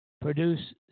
produce